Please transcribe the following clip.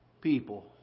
people